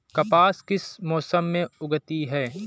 कपास किस मौसम में उगती है?